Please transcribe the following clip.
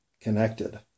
connected